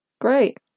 Great